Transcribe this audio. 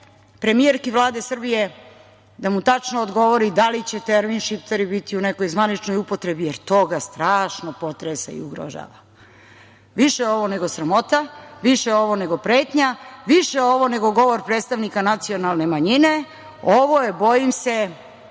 premijerki Vlade Srbije da mu tačno odgovorila da li će termin - šiptari biti u nekoj zvaničnoj upotrebi jer to ga strašno potresa i ugrožava? Više je ovo nego sramota, više je ovo nego pretnja, više je ovo nego govor predstavnika nacionalne manjine. Ovo je, bojim se,